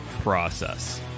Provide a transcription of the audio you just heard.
process